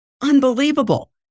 unbelievable